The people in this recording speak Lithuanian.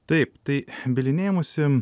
taip tai bylinėjimosi